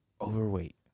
overweight